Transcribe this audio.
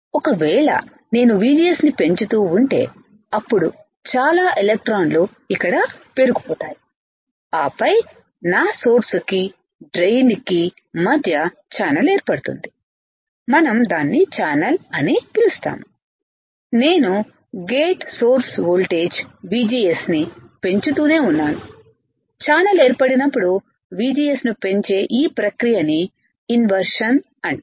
ఒకవేళ నేను VGSనిపెంచుతూ ఉంటే అప్పుడు చాలా ఎలక్ట్రాన్లు ఇక్కడ పేరుకుపోతాయి ఆపై నా సోర్స్ కి డ్రైన్ కి మధ్య ఛానల్ ఏర్పడుతుంది'మనం దాన్ని ఛానల్ అని పిలుస్తాము నేను గేట్ సోర్స్ వోల్టేజ్VGS ని పెంచుతూనే ఉన్నానుఛానల్ ఏర్పడినప్పుడు VGS ను పెంచే ఈ ప్రక్రియ ని ఇన్వర్షన్ అంటారు